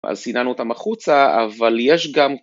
אז סיננו אותם החוצה, אבל יש גם...